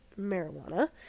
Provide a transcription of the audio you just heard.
marijuana